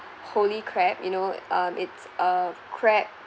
HolyCrab you know uh it's a crab